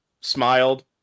smiled